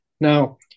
Now